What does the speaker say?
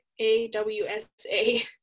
AWSA